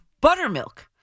buttermilk